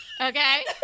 okay